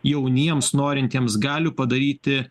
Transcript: jauniems norintiems galių padaryti